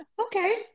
okay